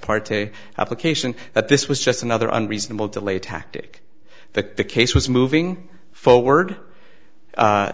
parte application that this was just another unreasonable delay tactic that the case was moving forward